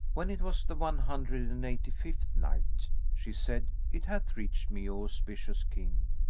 when it was the one hundred and eighty-fifth night, she said, it hath reached me, o auspicious king,